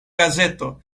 gazeto